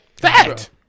Fact